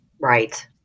Right